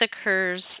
occurs